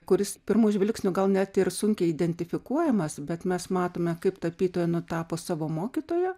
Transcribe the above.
kuris pirmu žvilgsniu gal net ir sunkiai identifikuojamas bet mes matome kaip tapytoja nutapo savo mokytoją